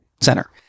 center